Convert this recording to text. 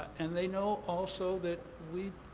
and they know also that we've,